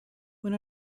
when